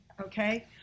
Okay